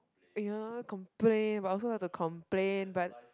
!aiya! complain but I also like to complain but